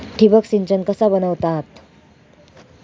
ठिबक सिंचन कसा बनवतत?